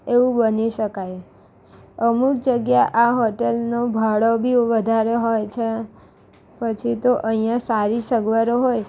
એવું બની શકાય અમુક જગ્યા આ હોટલનો ભાડો બી એવો વધારે હોય છે પછી તો અહીંયાં સારી સગવડો હોય